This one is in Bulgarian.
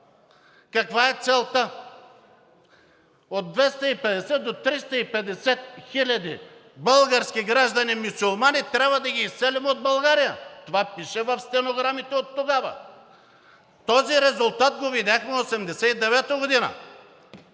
каква е целта: „От 250 до 350 хиляди български граждани мюсюлмани трябва да ги изселим от България.“ Това пише в стенограмите оттогава. Този резултат го видяхме 1989 г.